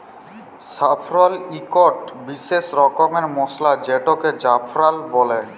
saffron ইকট বিসেস রকমের মসলা যেটাকে জাফরাল বল্যে